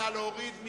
נא להוריד.